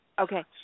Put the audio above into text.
Okay